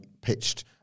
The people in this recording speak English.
pitched